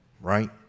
right